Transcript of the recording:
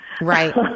Right